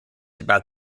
about